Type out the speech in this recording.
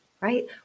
right